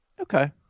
Okay